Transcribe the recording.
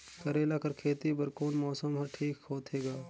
करेला कर खेती बर कोन मौसम हर ठीक होथे ग?